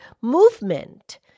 movement